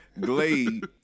Glade